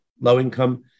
low-income